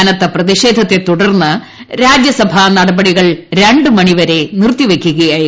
കനത്ത പ്രതിഷേധത്തെ തുടർന്ന് രാജ്യസഭാ നടപടികൾ രണ്ടു മണിവരെ നിർത്തിവയ്ക്കുകയായിരുന്നു